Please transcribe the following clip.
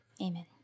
Amen